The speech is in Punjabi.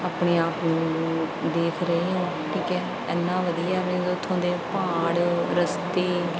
ਆਪਣੇ ਆਪ ਨੂੰ ਦੇਖ ਰਹੇ ਹੋ ਠੀਕ ਹੈ ਇੰਨਾ ਵਧੀਆ ਮੀਨਸ ਉੱਥੋਂ ਦੇ ਪਹਾੜ ਰਸਤੇ